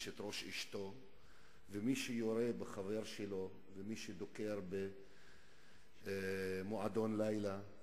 את ראש אשתו ומי שיורה בחבר שלו ומי שדוקר במועדון לילה.